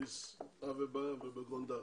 באדיס אבבה ובגונדר.